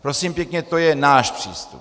Prosím pěkně, to je náš přístup.